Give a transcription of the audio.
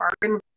bargain